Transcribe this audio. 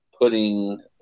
putting